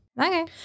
Okay